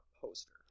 poster